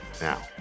now